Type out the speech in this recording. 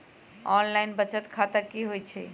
Online बचत खाता की होई छई?